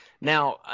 Now